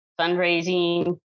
Fundraising